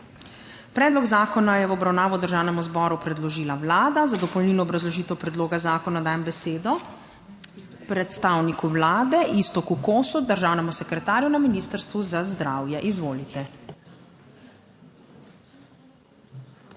Predlog zakona je v obravnavo Državnemu zboru predložila Vlada. Za dopolnilno obrazložitev predloga zakona dajem besedo predstavniku Vlade Iztoku Kosu, državnemu sekretarju na Ministrstvu za zdravje. Izvolite.